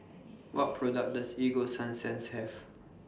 What products Does Ego Sunsense Have